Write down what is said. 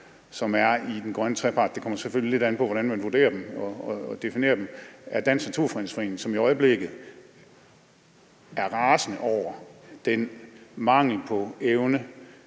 så vidt jeg kan se; det kommer selvfølgelig lidt an på, hvordan man vurderer dem og definerer dem – er Danmarks Naturfredningsforening, som i øjeblikket er rasende over den mangel på evne,